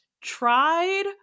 tried